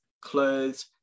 clothes